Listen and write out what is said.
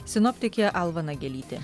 sinoptikė alva nagelytė